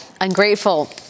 ungrateful